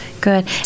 Good